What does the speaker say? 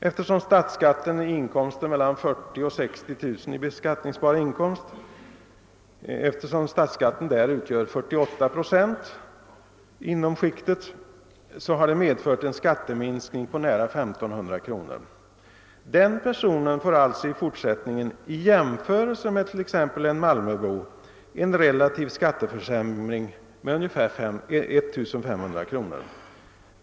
Eftersom statsskatten via inkomster mellan 40000 och 60 000 i beskattningsbar inkomst utgör 48 procent inom skiktet blir det en skatteminskning på nära 1500 kr. Den personen får alltså i fortsättningen i jämförelse med t.ex. en Malmöbo en relativ skatteförsämring med ungefär 1500 kr.